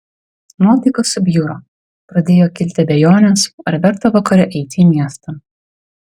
nuotaika subjuro pradėjo kilti abejonės ar verta vakare eiti į miestą